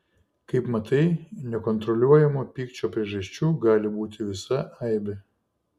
kaip matai nekontroliuojamo pykčio priežasčių gali būti visa aibė